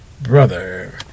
brother